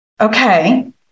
Okay